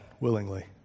willingly